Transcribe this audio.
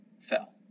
fell